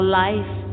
life